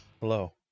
hello